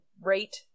rate